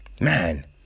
man